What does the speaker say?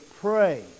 pray